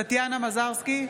טטיאנה מזרסקי,